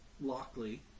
Lockley